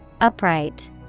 Upright